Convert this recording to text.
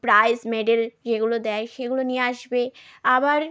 prize medal যেগুলো দেয় সেগুলো নিয়ে আসবে আবার